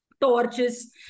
torches